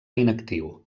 inactiu